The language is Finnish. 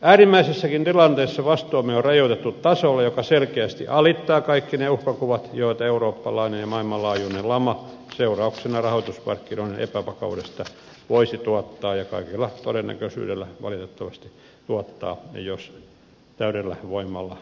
äärimmäisessäkin tilanteessa vastuumme on rajoitettu tasolle joka selkeästi alittaa kaikki ne uhkakuvat joita eurooppalainen ja maailmanlaajuinen lama seurauksena rahoitusmarkkinoiden epävakaudesta voisi tuottaa ja kaikella todennäköisyydellä valitettavasti tuottaa jos se täydellä voimalla päälle pääsee